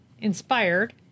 Inspired